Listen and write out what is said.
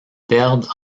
perdent